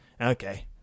okay